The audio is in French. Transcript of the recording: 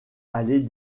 aller